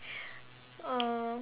uh